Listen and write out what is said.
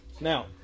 Now